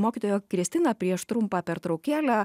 mokytoja kristina prieš trumpą pertraukėlę